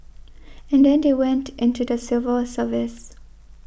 and then they went into the civil service